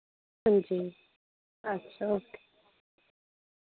हां जी अच्छा ओके